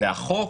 והחוק,